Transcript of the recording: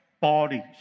bodies